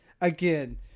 again